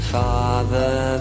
father